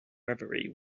reverie